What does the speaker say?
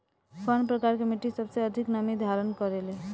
कउन प्रकार के मिट्टी सबसे अधिक नमी धारण करे ले?